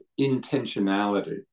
intentionality